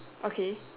okay